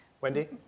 Wendy